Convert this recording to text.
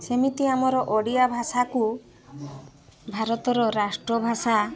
ସେମିତି ଆମର ଓଡ଼ିଆ ଭାଷାକୁ ଭାରତର ରାଷ୍ଟ୍ର ଭାଷା